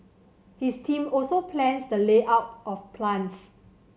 his team also plans the layout of plants